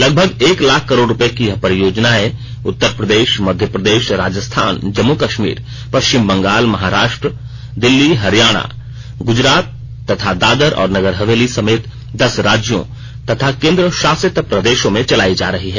लगभग एक लाख करोड़ रुपये की यह परियोजनाएं उत्तर प्रदेश मध्य प्रदेश राजस्थान जम्मू कश्मीर पश्चिम बंगाल महाराष्ट्र दिल्ली हरियाणा गुजरात तथा दादर और नगर हवेली समेत दस राज्यों तथा केन्द्र शासित प्रदेशों में चलाई जा रही हैं